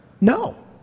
No